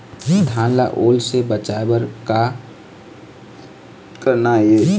धान ला ओल से बचाए बर का करना ये?